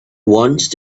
once